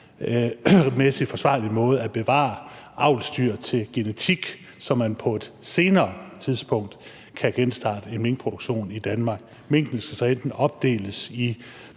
forsvarlig måde at bevare avlsdyr til genetik, så man på et senere tidspunkt kan genstarte en ny produktion i Danmark. Minken skal så enten opdeles i